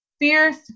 fierce